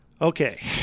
Okay